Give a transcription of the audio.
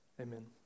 amen